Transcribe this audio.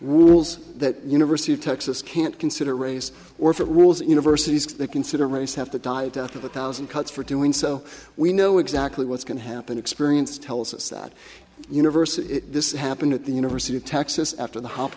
wheels that university of texas can't consider race or if it was universities that consider race have to die a death of a thousand cuts for doing so we know exactly what's going to happen experience tells us that university this happened at the university of texas after the